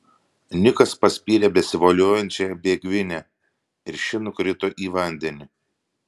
nikas paspyrė besivoliojančią bėgvinę ir ši nukrito į vandenį